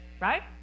right